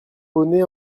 bonnet